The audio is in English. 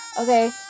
okay